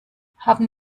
haben